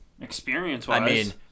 experience-wise